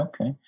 okay